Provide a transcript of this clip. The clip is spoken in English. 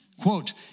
Quote